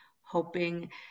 hoping